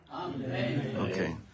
Okay